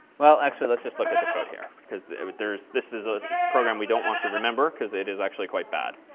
well, actually, let's just look at the code here because there is this is a program we don't want to remember because it is actually quite bad.